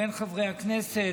בין חברי הכנסת,